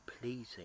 pleasing